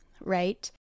right